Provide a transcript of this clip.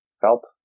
felt